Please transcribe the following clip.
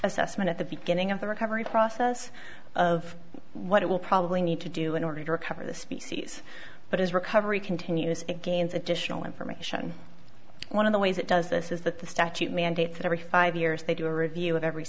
assessment at the beginning of the recovery process of what it will probably need to do in order to recover the species but as recovery continues it gains additional information one of the ways it does this is that the statute mandates that every five years they do a review of every